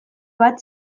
bat